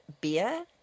beer